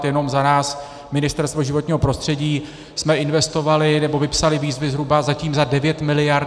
Jenom za nás, Ministerstvo životního prostředí, jsme investovali, nebo vypsali výzvy zhruba zatím za devět miliard.